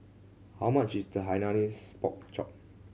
how much is the Hainanese Pork Chop